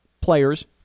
players